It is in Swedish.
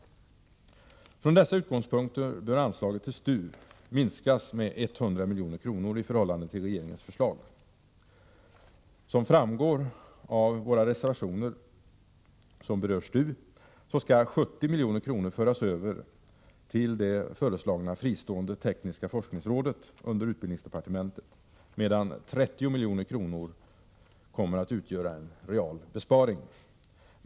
Från dessa utgångspunkter bör anslaget till STU minskas med 100 milj.kr. i förhållande till regeringens förslag. Som framgår av våra reservationer som berör STU skall 70 milj.kr. föras över till det föreslagna fristående tekniska forskningsrådet under utbildningsdepartementet, medan 30 milj.kr. kommer att utgöra en real besparing.